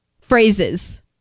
phrases